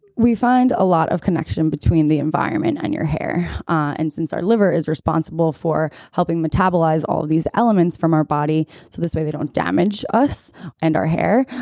we find a lot of connection between the environment and your hair, and since our liver is responsible for helping metabolize all these elements from our body so this way they don't damage us and our hair,